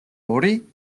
ორი